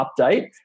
update